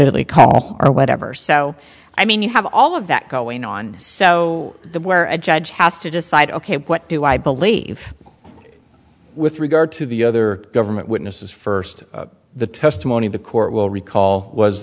ty call or whatever so i mean you have all of that going on so the where a judge has to decide ok what do i believe with regard to the other government witnesses first the testimony the court will recall was